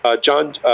John